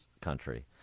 country